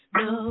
no